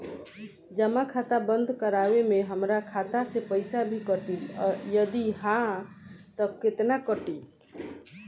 जमा खाता बंद करवावे मे हमरा खाता से पईसा भी कटी यदि हा त केतना कटी?